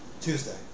Tuesday